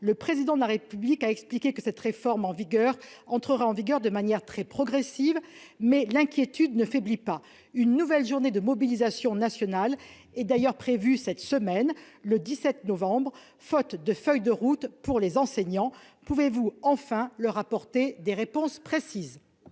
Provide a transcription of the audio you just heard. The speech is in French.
le Président de la République a expliqué que « cette réforme [entrerait] en vigueur de manière très progressive ». Toutefois, l'inquiétude ne faiblit pas. Une nouvelle journée de mobilisation nationale est d'ailleurs prévue cette semaine, le 17 novembre. Faute de fournir une feuille de route aux enseignants, pouvez-vous enfin leur apporter des réponses précises ?